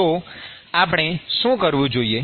તો આપણે શું કરવું જોઈએ